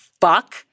fuck